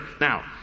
Now